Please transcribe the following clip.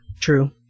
true